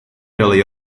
early